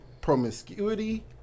promiscuity